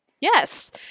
Yes